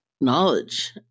knowledge